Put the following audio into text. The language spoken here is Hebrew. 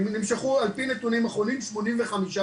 נמשכו על פי נתונים אחרונים כ-85%.